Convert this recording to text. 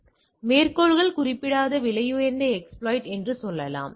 எனவே மேற்கோள் குறிப்பிடப்படாத விலையுயர்ந்த எஸ்பிலோய்ட் என்று சொல்லலாம்